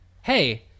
Hey